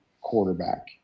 quarterback